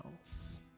else